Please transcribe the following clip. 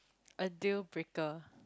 a deal breaker